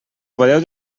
podeu